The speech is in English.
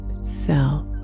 self